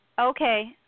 Okay